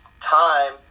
time